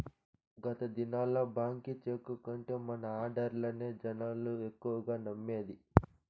గత దినాల్ల బాంకీ చెక్కు కంటే మన ఆడ్డర్లనే జనాలు ఎక్కువగా నమ్మేది